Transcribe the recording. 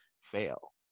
fail